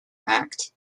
act